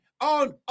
on